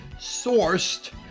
Sourced